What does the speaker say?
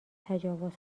تجاوز